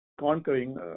conquering